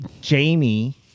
Jamie